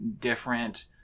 different